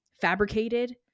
fabricated